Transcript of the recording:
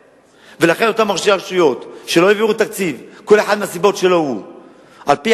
אתם מנצלים את שר הפנים שעל-פי המדיניות שלו קובע לא לפזר את